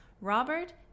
Robert